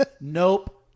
nope